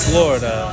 Florida